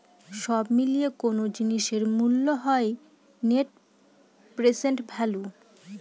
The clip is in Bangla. সব মিলিয়ে কোনো জিনিসের মূল্য হল নেট প্রেসেন্ট ভ্যালু